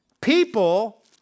People